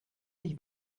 sich